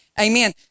Amen